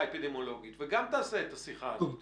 אפידמיולוגית וגם תעשה את השיחה הזאת?